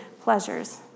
pleasures